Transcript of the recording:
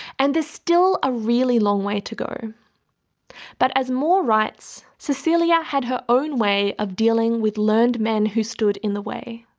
and there's still a really long way to go. but as moore writes, cecilia had her own way of dealing with learned men who stood in the way.